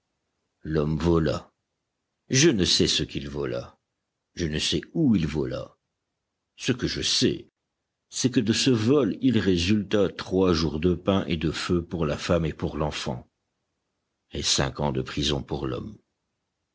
l'homme vola je ne sais ce qu'il vola je ne sais où il vola ce que je sais c'est que de ce vol il résulta trois jours de pain et de feu pour la femme et pour l'enfant et cinq ans de prison pour l'homme